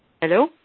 Hello